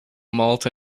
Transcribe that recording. malt